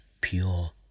pure